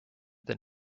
than